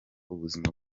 ubuzima